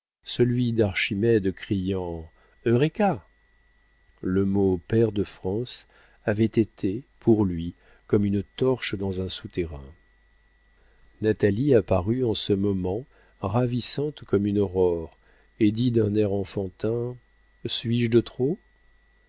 celui d'archimède criant eurêka le mot pair de france avait été pour lui comme une torche dans un souterrain natalie apparut en ce moment ravissante comme une aurore et dit d'un air enfantin suis-je de trop